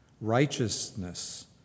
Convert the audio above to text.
Righteousness